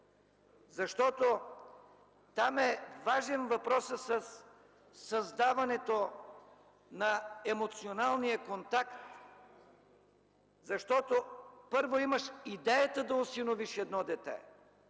защото там е важен въпросът със създаването на емоционалния контакт. Защото, първо имаш идеята да осиновиш дете,